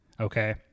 Okay